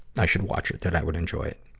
i should watch it, that i would enjoy it.